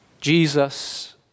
Jesus